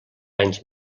anys